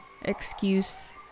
Excuse